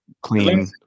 clean